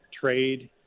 trade